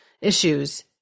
issues